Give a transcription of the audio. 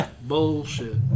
Bullshit